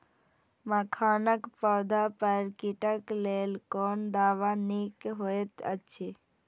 मखानक पौधा पर कीटक लेल कोन दवा निक होयत अछि?